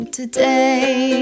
today